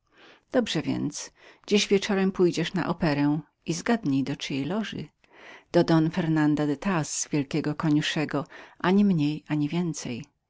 dobrze więc dziś wieczorem pójdziesz na operę i zgadnij do czyjej loży do don fernanda de thaz wielkiego koniuszego ani mniej ani więcej